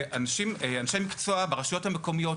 ואנשי מקצוע ברשויות המקומיות,